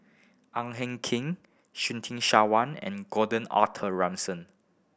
Ang Hen Keen Surtin Sarwan and Gordon Arthur Ransome